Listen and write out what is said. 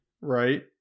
right